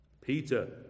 Peter